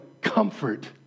comfort